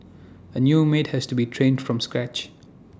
A new maid has to be trained from scratch